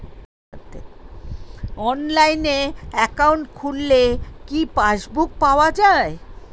অনলাইনে একাউন্ট খুললে কি পাসবুক পাওয়া যায়?